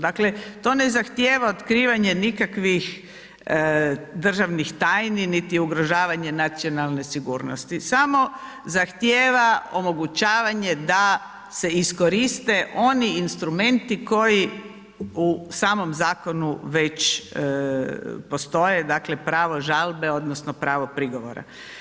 Dakle to ne zahtjeva otkivanje nikakvih državnih tajni niti ugrožavanje nacionalne sigurnosti, samo zahtjeva omogućavanje da se iskoriste oni instrumenti koji u samom zakonu već postoje, dakle pravo žalbe odnosno pravo prigovora.